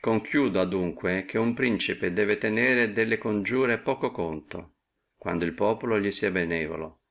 per tanto che uno principe debbe tenere delle congiure poco conto quando el popolo li sia benivolo